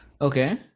Okay